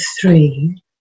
three